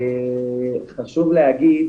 חשוב להגיד